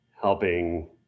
helping